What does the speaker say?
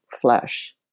flesh